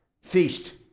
feast